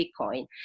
Bitcoin